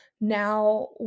now